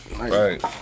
Right